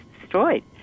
destroyed